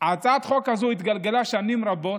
הצעת החוק הזאת התגלגלה שנים רבות.